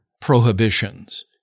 prohibitions